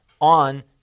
on